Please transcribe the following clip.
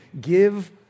Give